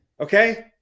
Okay